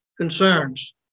concerns